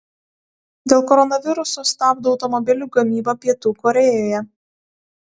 dėl koronaviruso stabdo automobilių gamybą pietų korėjoje